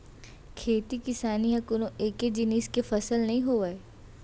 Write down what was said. खेती किसानी ह कोनो एके जिनिस के फसल नइ होवय